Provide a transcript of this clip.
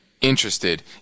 interested